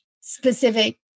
specific